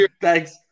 Thanks